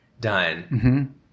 done